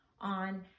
on